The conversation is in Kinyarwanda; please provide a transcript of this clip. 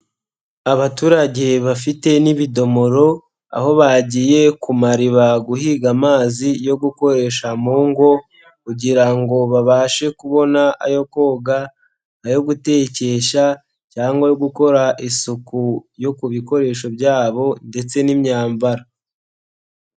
Aaturage bafite n'ibidomoro, aho bagiye ku mariba guhiga amazi yo gukoresha mu ngo kugira ngo babashe kubona ayo koga, ayo gutekesha cyangwa gukora isuku yo ku bikoresho byabo ndetse n'imyambaro.